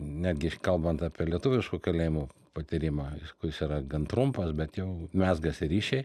netgi kalbant apie lietuviškų kalėjimų patyrimą kuris yra gan trumpas bet jau mezgasi ryšiai